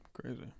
crazy